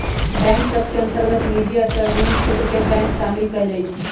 bank सभ के अंतर्गत निजी आ सार्वजनिक क्षेत्र के बैंक सामिल कयल जाइ छइ